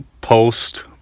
post